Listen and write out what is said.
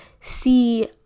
see